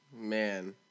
Man